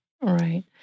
right